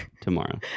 tomorrow